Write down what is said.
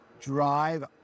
drive